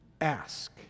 ask